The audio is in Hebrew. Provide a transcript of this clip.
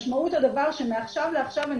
משמעות הדבר היא שמעכשיו לעכשיו אני